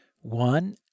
one